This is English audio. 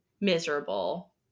miserable